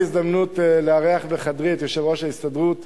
לארח בחדרי את יושב-ראש ההסתדרות,